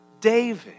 David